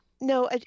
No